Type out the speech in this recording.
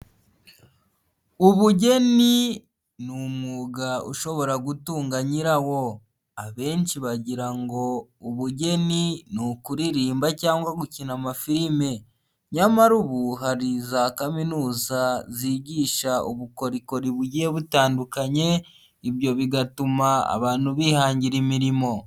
Ubugeni ni umwuga ushobora gutunga nyirawo, abenshi bagira ubugeni ni ukuririmba cyangwa gukina amafilime, nyamara ubu hari za kaminuza zigisha ubukorikori bugiye butandukanye, ibyo bigatuma abantu bihangira imirimo.